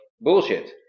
bullshit